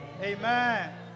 Amen